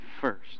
first